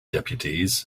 deputies